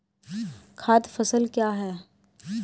खाद्य फसल क्या है?